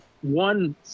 One